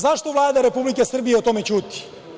Zašto Vlada Republike Srbije o tome ćuti?